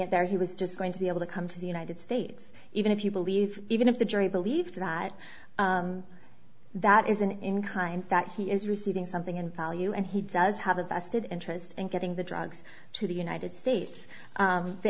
it there he was just going to be able to come to the united states even if you believe even if the jury believed that that isn't in kind that he is receiving something in value and he does have a vested interest in getting the drugs to the united states